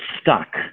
stuck